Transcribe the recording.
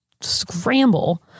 scramble